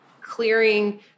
clearing